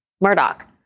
Murdoch